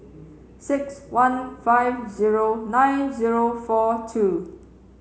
six one five zero nine zero four two